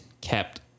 kept